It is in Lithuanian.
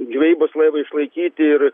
žvejybos laivą išlaikyti ir